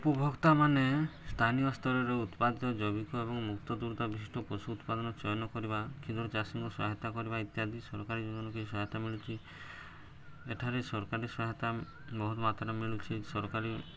ଉପଭୋକ୍ତା ମାନେ ସ୍ଥାନୀୟ ସ୍ତରରେ ଉତ୍ପାଦ ଜୈବିକ ଏବଂ ମୁକ୍ତ ବିଶିଷ୍ଟ ପଶୁ ଉତ୍ପାଦନ ଚୟନ କରିବା କ୍ଷୁଦ୍ର ଚାଷୀଙ୍କ ସହାୟତା କରିବା ଇତ୍ୟାଦି ସରକାରୀ ଜୀବନ କେହି ସହାୟତା ମିଳୁଛି ଏଠାରେ ସରକାରୀ ସହାୟତା ବହୁତ ମାତ୍ରା ମିଳୁଛି ସରକାରୀ